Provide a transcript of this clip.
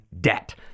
debt